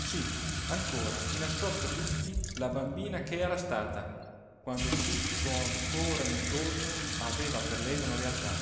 sì ancora di nascosto a tutti la bambina ch'era stata quando tutto ancora intorno aveva per lei una realtà